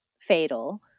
fatal